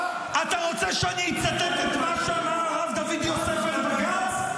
אתה רוצה שאני אצטט את מה שאמר הרב דוד יוסף על בג"ץ?